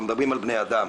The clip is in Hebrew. אנחנו מדברים על בני אדם.